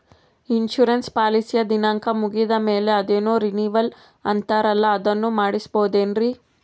Insurance ಪಾಲಿಸಿಯ ದಿನಾಂಕ ಮುಗಿದ ಮೇಲೆ ಅದೇನೋ ರಿನೀವಲ್ ಅಂತಾರಲ್ಲ ಅದನ್ನು ಮಾಡಿಸಬಹುದೇನ್ರಿ?